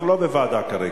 אנחנו לא בוועדה כרגע.